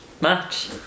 match